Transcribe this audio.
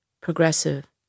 progressive